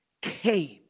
came